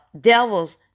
devils